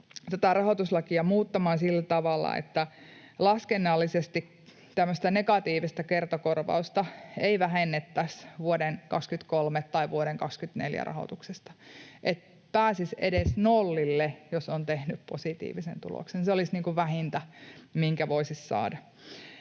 tätä rahoituslakia muuttamaan sillä tavalla, että laskennallisesti tämmöistä negatiivista kertakorvausta ei vähennettäisi vuoden 23 tai vuoden 24 rahoituksesta, että pääsisi edes nollille, jos on tehnyt positiivisen tuloksen. Se olisi vähintä, minkä voisi saada.